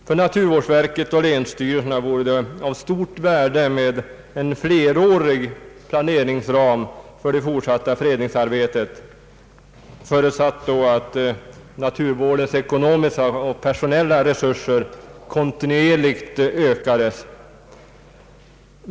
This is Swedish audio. För naturvårdsverket och länsstyrelserna vore det av stort värde med en flerårig planeringsram för det fortsatta fredningsarbetet — förutsatt då att naturvårdens ekonomiska och personella resurser kontinuerligt ökades.